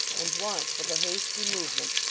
and once, with a hasty movement,